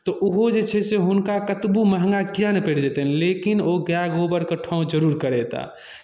तऽ ओहो जे छै से हुनका कतबो महंगा किआ ने पड़ि जेतनि लेकिन ओ गाय गोबरके ठाँव जरूर करेताह